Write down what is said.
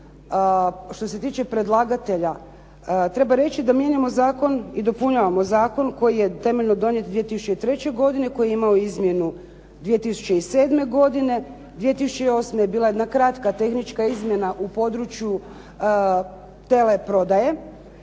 što se tiče predlagatelja treba reći da mijenjamo zakon i dopunjavamo zakon koji je temeljno donijet 2003. godine, koji je imao izmjenu 2007. godine, 2008. je bila jedna kratka tehnička izmjena u području teleprodaje